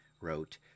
wrote